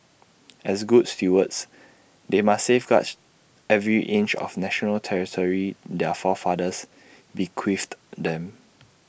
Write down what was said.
as good stewards they must safeguard every inch of national territory their forefathers bequeathed them